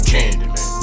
Candyman